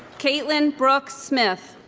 caitlyn brooke smith